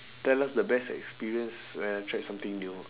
tell us the best experience when I tried something new